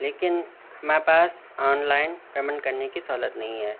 لیکن ہمارے پاس آن لائن پیمنٹ کرنے کی سہولت ںہیں ہے